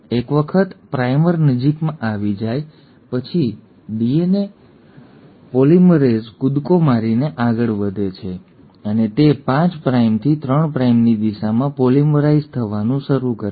એક વખત પ્રાઇમર નજીકમાં આવી જાય પછી ડીએનએ પોલિમરેઝ કૂદકો મારીને આગળ વધે છે અને તે 5 પ્રાઇમથી 3 પ્રાઇમની દિશામાં પોલિમરાઇઝ થવાનું શરૂ કરે છે